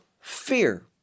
fear